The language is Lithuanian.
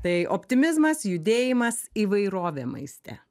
tai optimizmas judėjimas įvairovė maiste